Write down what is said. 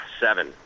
seven